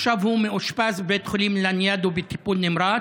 ועכשיו הוא מאושפז בבית חולים לניאדו בטיפול נמרץ.